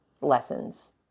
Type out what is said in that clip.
lessons